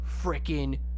freaking